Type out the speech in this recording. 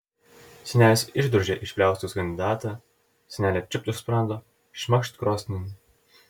senelis išdrožė iš pliauskos kandidatą senelė čiūpt už sprando šmakšt krosnin